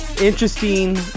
interesting